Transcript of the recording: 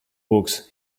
books